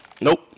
Nope